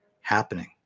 happening